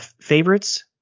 favorites